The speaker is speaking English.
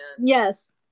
Yes